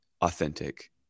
authentic